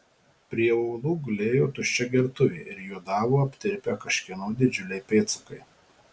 prie uolų gulėjo tuščia gertuvė ir juodavo aptirpę kažkieno didžiuliai pėdsakai